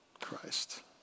Christ